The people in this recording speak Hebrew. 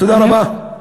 תודה רבה.